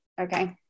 Okay